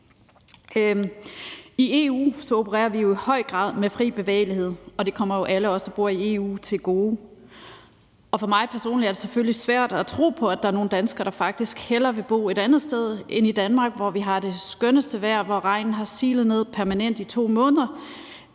I EU opererer vi jo i høj grad med fri bevægelighed, og det kommer jo alle os, der bor i EU, til gode. For mig personligt er det selvfølgelig svært at tro på, at der er nogle danskere, der faktisk hellere vil bo et andet sted end i Danmark, hvor vi har det skønneste vejr, og hvor regnen har silet ned permanent i 2 måneder,